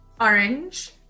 orange